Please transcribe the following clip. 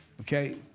Okay